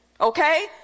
Okay